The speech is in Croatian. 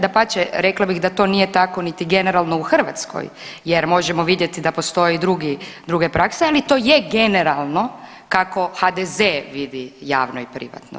Dapače rekla bih da to nije tako niti generalno u Hrvatskoj jer možemo vidjeti da postoje i drugi, druge prakse ali to je generalno kako HDZ vidi javno i privatno.